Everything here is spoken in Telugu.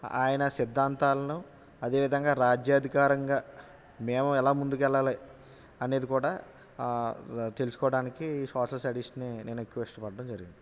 ఆయన సిద్ధాంతాలను అదే విధంగా రాజ్యాధికారంగా మేము ఎలా ముందుకు వెళ్ళాలి అనేది కూడా తెలుసుకోవడానికి సోషల్ స్టడీస్ని నేను ఎక్కువ ఇష్టపడటం జరిగింది